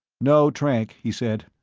no trank, he said.